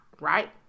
Right